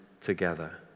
together